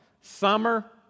summer